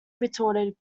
retorted